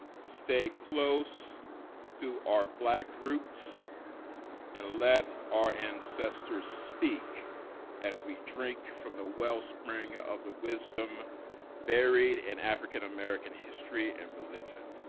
stay close to our black roots and let our ancestors speak as we drink from the wellspring of the wisdom buried in and african american history and religion.